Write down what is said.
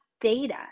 data